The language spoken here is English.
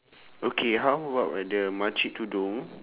okay how about the makcik tudung